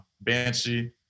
Banshee